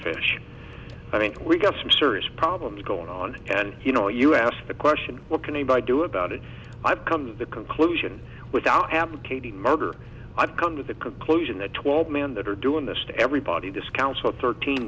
fish i mean we've got some serious problems going on and you know you ask the question what can we buy do about it i've come to the conclusion without advocating murder i've come to the conclusion the twelve men that are doing this to everybody discounts for thirteen